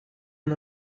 اون